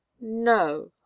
no